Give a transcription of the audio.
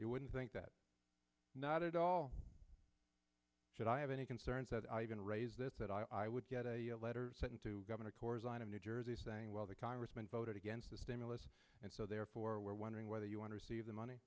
you wouldn't think that not at all should i have any concerns that i'm going to raise that that i would get a letter sent to governor corps line of new jersey saying well the congressman voted against the stimulus and so therefore we're wondering whether you want to see the money